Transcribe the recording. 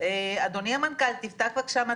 יש סגרים,